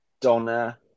Donna